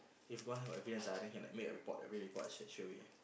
if got have evidence ah then can like make a report write report straight straight away